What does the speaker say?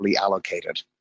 allocated